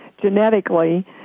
genetically